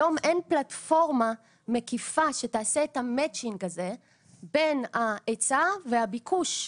היום אין פלטפורמה מקיפה שתעשה את המצ'ינג הזה בין ההיצע והביקוש.